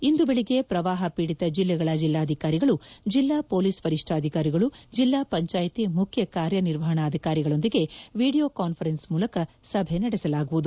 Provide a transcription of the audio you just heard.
ಇಂದು ಬೆಳಗ್ಗೆ ಪ್ರವಾಹ ಪೀಡಿತ ಜಿಲ್ಲೆಗಳ ಜಿಲ್ಲಾಧಿಕಾರಿಗಳು ಜಿಲ್ಲಾ ಪೊಲೀಸ್ ವರಿಷ್ಣಾಧಿಕಾರಿಗಳು ಜಿಲ್ಲಾ ಪಂಚಾಯಿತಿ ಮುಖ್ಯ ನಿರ್ವಹಣಾಧಿಕಾರಿಗಳೊಂದಿಗೆ ವಿದಿಯೋ ಕಾನ್ದರೆನ್ಸ್ ಮೂಲಕ ಸಭೆ ನಡೆಸಲಾಗುವುದು